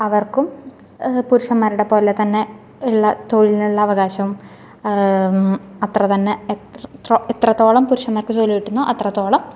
അവർക്കും പുരുഷന്മാരുടെ പോലെത്തന്നെ ഉള്ള തൊഴിലിനുള്ള അവകാശം അത്ര തന്നെ ത്രൊ എത്രത്തോളം പുരുഷന്മാർക്ക് ജോലികിട്ടുന്നുവോ അത്രത്തോളം